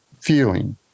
feeling